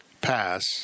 pass